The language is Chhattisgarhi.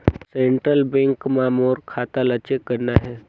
सेंट्रल बैंक मां मोर खाता ला चेक करना हे?